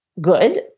good